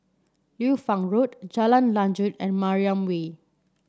Liu Fang Road Jalan Lanjut and Mariam Way